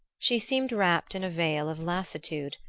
she seemed wrapped in a veil of lassitude,